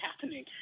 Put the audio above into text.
happening